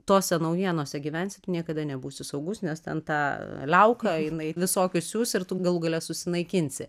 tose naujienose gyvensit niekada nebūsiu saugus nes ten ta liauka jinai visokius siųs ir tu galų gale susinaikinsi